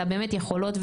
אלא באמת יכולות,